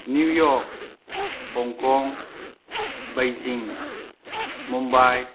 new York Hong Kong Beijing Mumbai